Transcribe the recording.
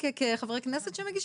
כחברי כנסת שמגישים?